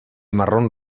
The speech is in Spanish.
marrón